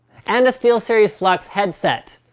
and a steelseries flux headset,